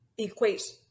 equates